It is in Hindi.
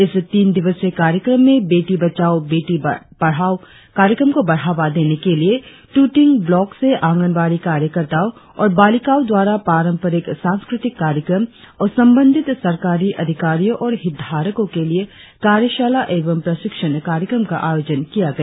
इस तीन दिवसीय कार्यक्रम में बेटी बचाओं बेटी पढ़ाओं कार्यक्रम को बढ़ावा देने के लिए तुतिंग ब्लॉक से आंगनबड़ी कार्यकर्ताओं और बालिकाओं द्वारा पारंपरिक सांस्कृतिक कार्यक्रम और संबंधित सरकारी अधिकारियों और हितधारकों के लिए कार्यशाला एवं प्रशिक्षण कार्यक्रम का आयोजन किया गया